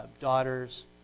daughters